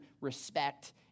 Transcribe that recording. respect